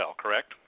correct